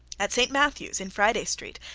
at saint matthew's, in friday street,